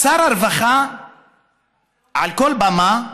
שר הרווחה אומר מעל כל במה,